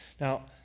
Now